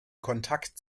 kontakt